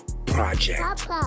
Project